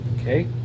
Okay